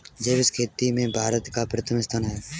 जैविक खेती में भारत का प्रथम स्थान है